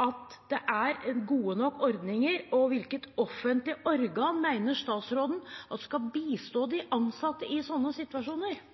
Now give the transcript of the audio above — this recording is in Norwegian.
at det er gode nok ordninger, og hvilket offentlig organ mener statsråden skal bistå de ansatte i slike situasjoner?